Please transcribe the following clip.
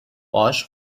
باهاش